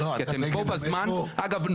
כי אתם פה בזמן אגב,